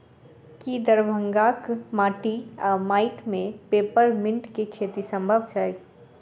की दरभंगाक माटि वा माटि मे पेपर मिंट केँ खेती सम्भव छैक?